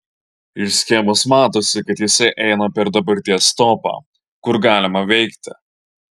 iš schemos matosi kad jisai eina per dabarties topą kur galima veikti